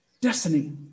Destiny